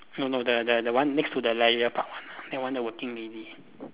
no no the the the one next to the leisure park one that the working lady